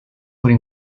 would